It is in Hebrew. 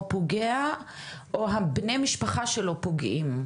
פוגע ובכמה מתוכם בני המשפחה שלו פוגעים?